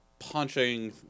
punching